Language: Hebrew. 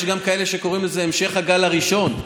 יש גם כאלה שקוראים לזה המשך הגל הראשון.